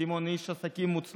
סימון הוא איש עסקים מוצלח,